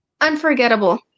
Unforgettable